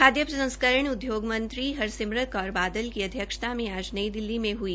खाय प्रंसस्करण उद्योग मंत्री हरसिमरत कौर बादल की अधक्षता में आज नई दिल्ली में इ्ई